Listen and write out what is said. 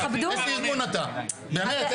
באמת,